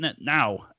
now